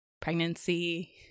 pregnancy